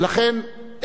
ולכן,